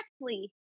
correctly